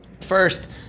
First